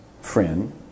friend